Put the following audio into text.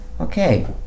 Okay